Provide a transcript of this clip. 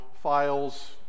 files